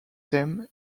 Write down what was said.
them